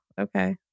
Okay